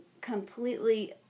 completely